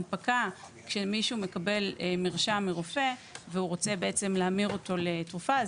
הנפקה שמישהו מקבל מרשם מרופא והוא רוצה להמיר אותו לתרופה,